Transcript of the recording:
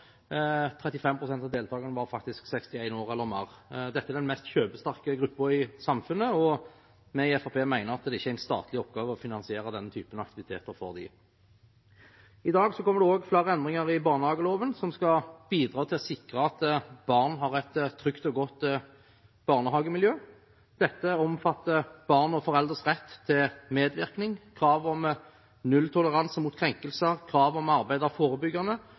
av deltakerne var faktisk 61 år eller mer. Dette er den mest kjøpesterke gruppen i samfunnet, og vi i Fremskrittspartiet mener det ikke er en statlig oppgave å finansiere denne typen aktiviteter for dem. I dag kommer det også flere endringer i barnehageloven som skal bidra til å sikre at barn har et trygt og godt barnehagemiljø. Dette omfatter barn og foreldres rett til medvirkning, krav om nulltoleranse mot krenkelser, krav om å arbeide forebyggende